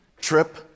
trip